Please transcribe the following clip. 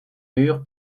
mur